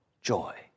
joy